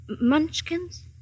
munchkins